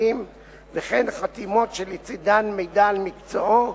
לתאגידים וכן חתימות שלצדן מידע על מקצועו,